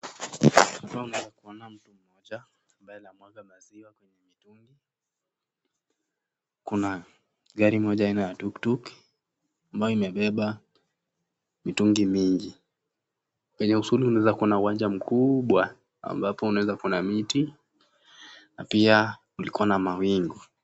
Tunaona mtu mmoja ambaye anamwaga maziwa kwenye mitungi. Kuna gari moja aina ya tuktuk ambayo imebeba mitungi mingi. Kwenye usoni unaweza kuona uwanja mkubwa ambapo unaweza kuona miti na pia liko na mawingu.